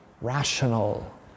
rational